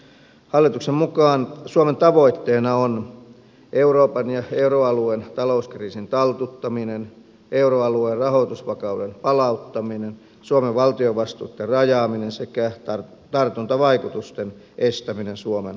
hallituksen mukaan suomen tavoitteena on euroopan ja euroalueen talouskriisin taltuttaminen euroalueen rahoitusvakauden palauttaminen suomen valtion vastuitten rajaaminen sekä tartuntavaikutusten estäminen suomen talouteen